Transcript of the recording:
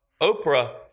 Oprah